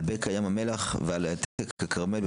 על בקע ים המלח ועל העתק הכרמל.